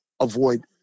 avoid